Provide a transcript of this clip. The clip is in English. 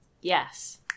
yes